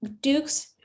Duke's